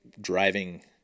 Driving